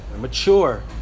mature